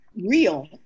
real